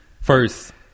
first